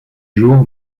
jour